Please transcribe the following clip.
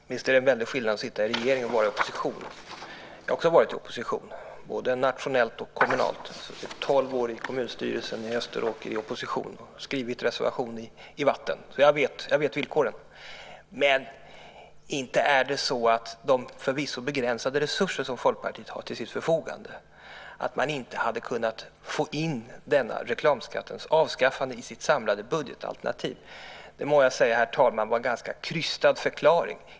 Herr talman! Visst är det en väldig skillnad på att sitta i regering och att vara i opposition. Jag har också varit i opposition både nationellt och kommunalt. Jag var tolv år i kommunstyrelsen i Österåker i opposition, och jag har skrivit reservationer. Jag vet villkoren. Men är det inte så att man inom de förvisso begränsade resurser som Folkpartiet har till sitt förfogande inte hade kunnat få in reklamskattens avskaffande i det samlade budgetalternativet. Det må jag säga, herr talman, var en ganska krystad förklaring.